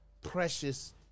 precious